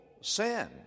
sin